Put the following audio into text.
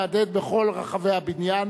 מהדהד בכל רחבי הבניין.